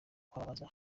kwamamaza